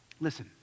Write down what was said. listen